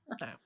no